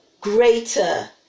greater